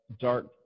dark